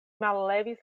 mallevis